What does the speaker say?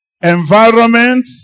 environment